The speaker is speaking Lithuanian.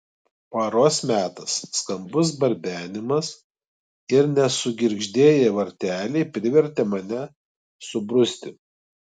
paros metas skambus barbenimas ir nesugirgždėję varteliai privertė mane subruzti